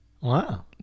Wow